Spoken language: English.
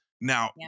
Now